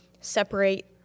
separate